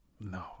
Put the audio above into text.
no